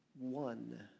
one